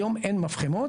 היום אין מפחמות,